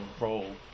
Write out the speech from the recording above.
role